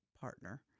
partner